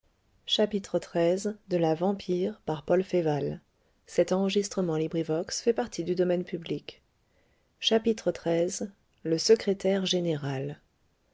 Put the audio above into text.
le secrétaire général